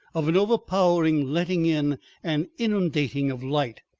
of an overpowering letting in and inundation of light,